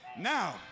Now